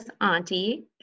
auntie